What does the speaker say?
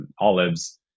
olives